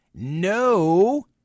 No